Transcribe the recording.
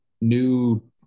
new